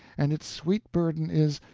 and its sweet burden is,